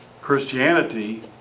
Christianity